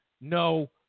no